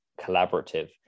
collaborative